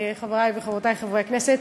חברי וחברותי חברי הכנסת,